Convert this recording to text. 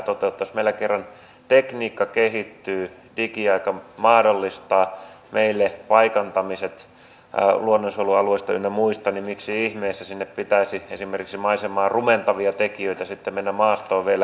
jos meillä kerran tekniikka kehittyy digiaika mahdollistaa meille paikantamiset luonnonsuojelualueista ynnä muista niin miksi ihmeessä pitäisi esimerkiksi maisemaa rumentavia tekijöitä mennä sinne maastoon sitten vielä laittamaan